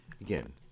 again